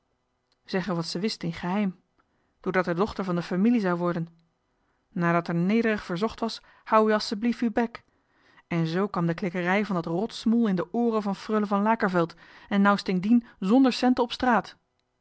wat ze wist in geheim doordat d'er dochter van de femilie zou worden nadat d'er nederig verzocht was houd u asseblief uw bek en zoo kwam de klikkerij van dat rotsmoel in de ooren van frulle van lakerveld en nou sting dien zonder centen op straat